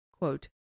quote